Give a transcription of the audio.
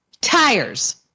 tires